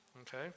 Okay